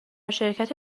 شرکت